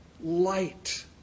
light